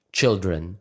children